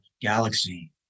galaxy